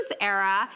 Era